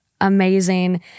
amazing